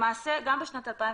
למעשה, גם בשנת 2015